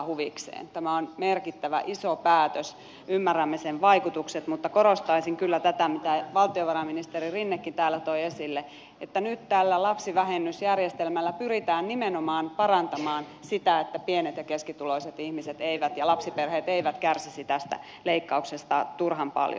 tämä on merkittävä iso päätös ymmärrämme sen vaikutukset mutta korostaisin kyllä tätä mitä valtiovarainministeri rinnekin täällä toi esille että nyt tällä lapsivähennysjärjestelmällä pyritään nimenomaan parantamaan sitä että pienet ja keskituloiset ihmiset ja lapsiperheet eivät kärsisi tästä leikkauksesta turhan paljon